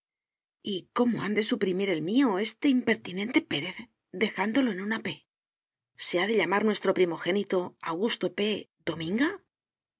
como han de suprimir el mío este impertinente pérez dejándolo en una p se ha de llamar nuestro primogénito augusto p dominga